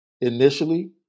initially